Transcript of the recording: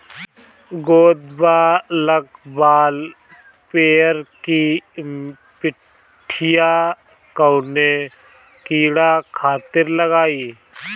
गोदवा लगवाल पियरकि पठिया कवने कीड़ा खातिर लगाई?